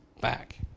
back